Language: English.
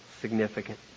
significant